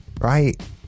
right